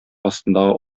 астындагы